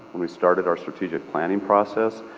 when we started our strategic planning process,